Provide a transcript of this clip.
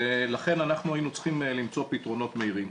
לכן, אנחנו היינו צריכים למצוא פתרונות מהירים.